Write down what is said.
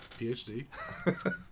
PhD